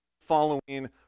following